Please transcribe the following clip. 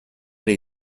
ere